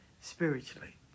spiritually